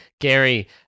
Gary